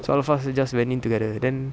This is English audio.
so the five of us just went in together then